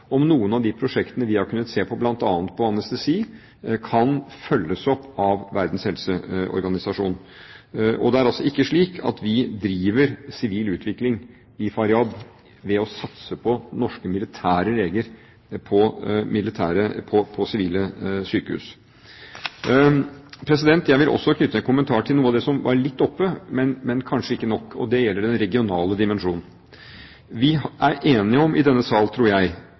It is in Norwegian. om hvorvidt noen av de prosjektene vi har kunnet se på, bl.a. når det gjelder anestesi, kan følges opp av Verdens helseorganisasjon. Det er altså ikke slik at vi driver sivil utvikling i Faryab ved å satse på norske militære leger på sivile sykehus. Jeg vil også knytte en kommentar til noe av det som har vært litt oppe, men kanskje ikke nok, og det gjelder den regionale dimensjonen. Vi er enige i denne sal, tror jeg,